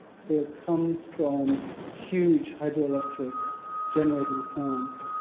so it comes from huge hydroelectric generating plants,